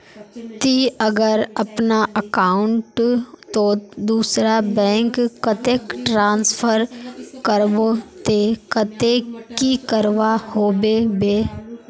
ती अगर अपना अकाउंट तोत दूसरा बैंक कतेक ट्रांसफर करबो ते कतेक की करवा होबे बे?